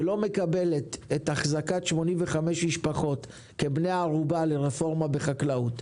ולא מקבלת את החזקת 85 המשפחות כבני ערובה לרפורמה בחקלאות.